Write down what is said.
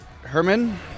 Herman